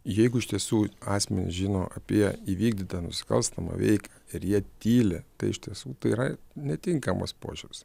jeigu iš tiesų asmenys žino apie įvykdytą nusikalstamą veiką ir jie tyli tai iš tiesų tai yra netinkamas požiūris